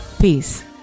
peace